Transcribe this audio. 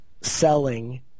selling